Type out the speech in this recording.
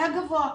היה גבוה,